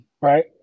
Right